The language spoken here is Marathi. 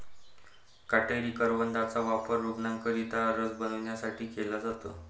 काटेरी करवंदाचा वापर रूग्णांकरिता रस बनवण्यासाठी केला जातो